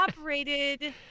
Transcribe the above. operated